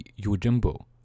Yojimbo